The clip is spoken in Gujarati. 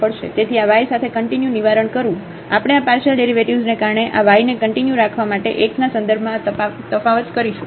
તેથી આ y સાથે કંટીન્યુ નિવારણ કરવું આપણે આ પાર્શિયલ ડેરિવેટિવ્ઝને કારણે આ yને કંટીન્યુ રાખવા માટે એક્સના સંદર્ભમાં આ તફાવત કરીશું